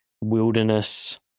wilderness